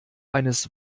eines